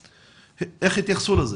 איך התייחסו לזה?